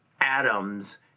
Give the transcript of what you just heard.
atoms